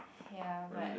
ya but